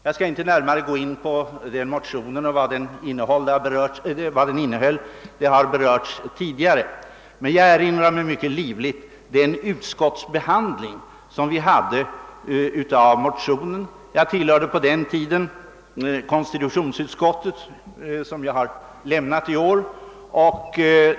Jag skall inte närmare gå in på vad denna motion innehöll — det har berörts tidigare — men jag erinrar mig mycket livligt den utskottsbehandling som ägnades den; jag tillhörde på den tiden konstitutionsutskottet.